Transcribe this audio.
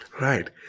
Right